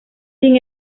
sin